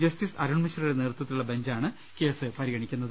justice Arun മിശ്രയുടെ നേതൃത്വത്തിലുളള ബഞ്ചാണ് കേസ് പരിഗണിക്കുന്നത്